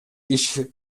иши